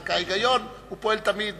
רק ההיגיון פועל תמיד,